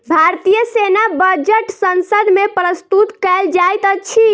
भारतीय सेना बजट संसद मे प्रस्तुत कयल जाइत अछि